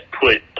put